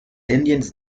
indians